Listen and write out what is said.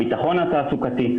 הביטחון התעסוקתי.